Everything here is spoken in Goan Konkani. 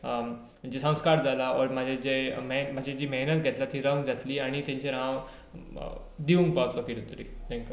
संस्कार जाला वो म्हाजी जे म्हजी जी मेहनत घेतली ती रंग जातली आनी ताजेर हांव दिवंक पावतलों फीडबॅक कितेंतरी तांकां